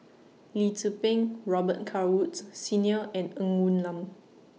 Lee Tzu Pheng Robet Carr Woods Senior and Ng Woon Lam